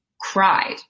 cried